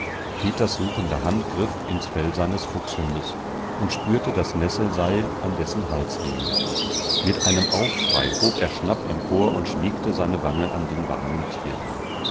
peters suchende hand griff ins fell seines fuchshundes und spürte das nesselseil an dessen halsriemen mit einem aufschrei hob er schnapp empor und schmiegte seine wange an den warmen tierleib